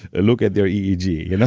ah look at their eeg. you know